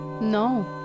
no